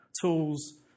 tools